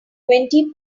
twenty